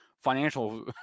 Financial